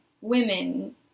women